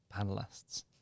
panelists